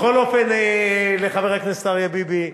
בכל אופן, לחבר הכנסת אריה ביבי,